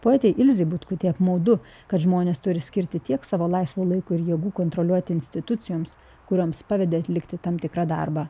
poetei ilzei butkutei apmaudu kad žmonės turi skirti tiek savo laisvo laiko ir jėgų kontroliuoti institucijoms kurioms pavedė atlikti tam tikrą darbą